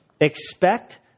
expect